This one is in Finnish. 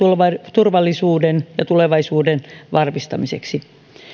turvallisuuden ja tulevaisuuden varmistamiseksi